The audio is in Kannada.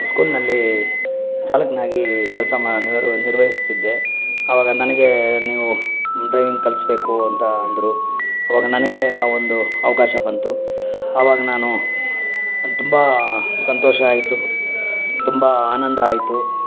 ಸ್ಕೂಲ್ನಲ್ಲಿ ಚಾಲಕನಾಗಿ ಕೆಲಸ ಮಾಡಿ ನಿರ್ವಹಿಸ್ತಿದ್ದೆ ಆವಾಗ ನನಗೆ ನೀವು ಡ್ರೈವಿಂಗ್ ಕಲಿಸಬೇಕು ಅಂತ ಅಂದರು ಆವಾಗ ನನಗೆ ಒಂದು ಅವಕಾಶ ಬಂತು ಆವಾಗ ನಾನು ತುಂಬ ಸಂತೋಷ ಆಯಿತು ತುಂಬ ಆನಂದ ಆಯಿತು